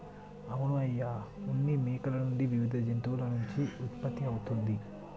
అవును అయ్య ఉన్ని మేకల నుండి వివిధ జంతువుల నుండి ఉత్పత్తి అవుతుంది